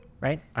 Right